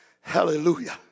Hallelujah